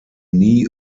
nie